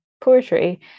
poetry